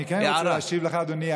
אני כן רוצה להשיב לך, אדוני.